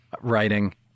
writing